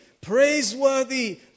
praiseworthy